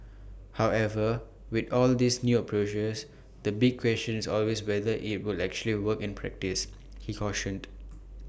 however with all these new approaches the big question is always whether IT will actually work in practice he cautioned